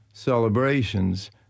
celebrations